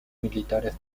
militares